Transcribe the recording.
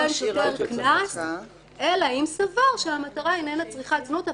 שוטר קנס אלא אם סבר שהמטרה איננה צריכת זנות.